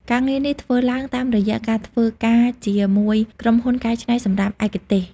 ការងារនេះធ្វើឡើងតាមរយៈការធ្វើការជាមួយក្រុមហ៊ុនកែច្នៃសំរាមឯកទេស។